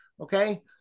Okay